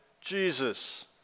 Jesus